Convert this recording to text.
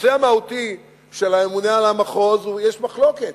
על הנושא המהותי של הממונה על המחוז יש מחלוקת,